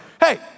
Hey